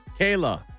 Kayla